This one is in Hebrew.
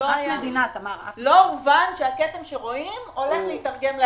באף מדינה לא הובן שהכתם שרואים הולך להיתרגם לאסון?